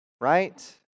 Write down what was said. right